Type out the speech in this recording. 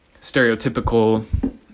stereotypical